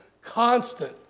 constant